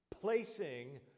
placing